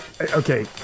Okay